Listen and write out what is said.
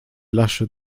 lasche